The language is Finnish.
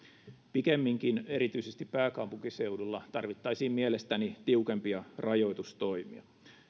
pikemminkin erityisesti pääkaupunkiseudulla tarvittaisiin mielestäni tiukempia rajoitustoimia